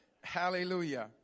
Hallelujah